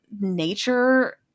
nature